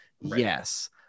Yes